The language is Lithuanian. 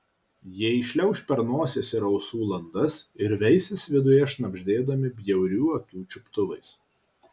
jie įšliauš per nosies ir ausų landas ir veisis viduje šnabždėdami bjaurių akių čiuptuvais